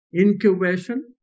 incubation